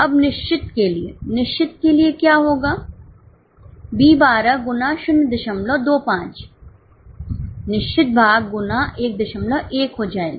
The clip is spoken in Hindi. अब निश्चित के लिए निश्चित के लिए क्या होगा बी 12 गुना 025 निश्चित भाग गुना 11 हो जाएगा